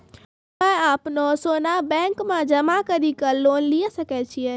हम्मय अपनो सोना बैंक मे जमा कड़ी के लोन लिये सकय छियै?